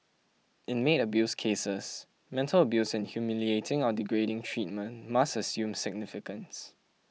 in maid abuse cases mental abuse and humiliating or degrading treatment must assume significance